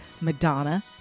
Madonna